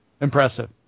impressive